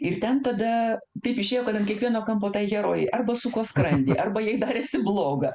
ir ten tada taip išėjo kad ant kiekvieno kampo tai herojei arba suko skrandį arba jai darėsi bloga